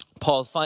Paul